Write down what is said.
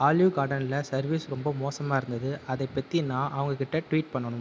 olive கார்டனில் service ரொம்ப மோசமாக இருந்தது அதை பற்றி நான் அவங்ககிட்டே ட்வீட் பண்ணணும்